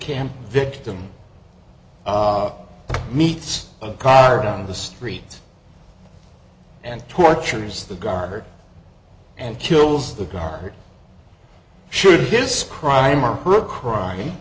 camp victim meets a car in the street and tortures the guard and kills the guard should his crime or her crying